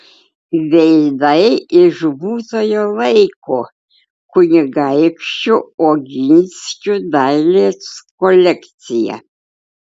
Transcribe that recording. veidai iš būtojo laiko kunigaikščių oginskių dailės kolekcija